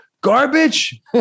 Garbage